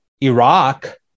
Iraq